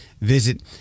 visit